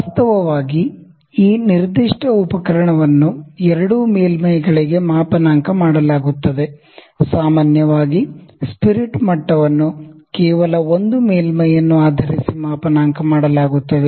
ವಾಸ್ತವವಾಗಿ ಈ ನಿರ್ದಿಷ್ಟ ಉಪಕರಣವನ್ನು ಎರಡೂ ಮೇಲ್ಮೈಗಳಿಗೆ ಕ್ಯಾಲಿಬ್ರೇಟ್ ಮಾಡಲಾಗುತ್ತದೆ ಸಾಮಾನ್ಯವಾಗಿ ಸ್ಪಿರಿಟ್ ಮಟ್ಟವನ್ನು ಕೇವಲ ಒಂದು ಮೇಲ್ಮೈಯನ್ನು ಆಧರಿಸಿ ಮಾಪನಾಂಕ ಮಾಡಲಾಗುತ್ತದೆ